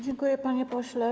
Dziękuję, panie pośle.